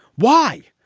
why?